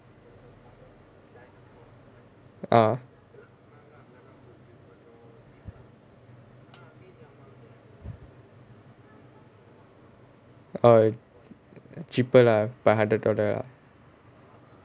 uh err cheaper lah by hundred dollar ah